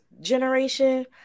generation